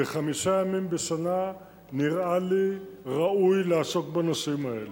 וחמישה ימים בשנה נראה לי ראוי לעסוק בנושאים האלה.